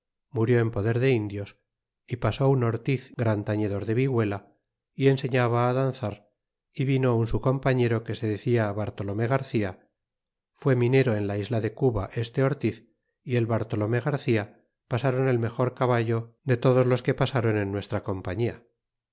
murió en poder de indios é pasó un ortiz gran tañedor de vihuela y enseñaba danzar y vino un su compañero que se decia bartolome garcía fue minero en la isla de cuba este ortiz y el bar tolomé garcia pasáron el mejor caballo de todos los que pasáron en nuestra compañía